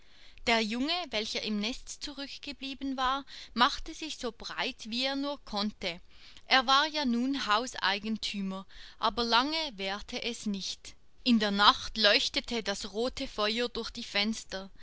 der junge welcher im nest zurückgeblieben war machte sich so breit wie er nur konnte er war ja nun hauseigentümer aber lange währte es nicht in der nacht leuchtete das rote feuer durch die fenster